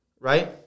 right